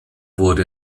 wurde